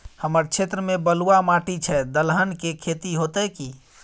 हमर क्षेत्र में बलुआ माटी छै, दलहन के खेती होतै कि?